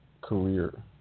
career